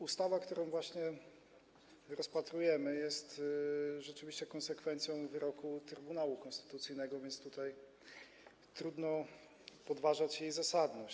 Ustawa, którą właśnie rozpatrujemy, jest rzeczywiście konsekwencją wyroku Trybunału Konstytucyjnego, więc tutaj trudno podważać jej zasadność.